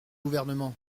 gouvernement